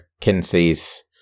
Kinsey's